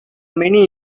many